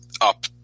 up